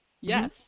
Yes